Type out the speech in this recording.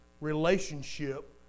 relationship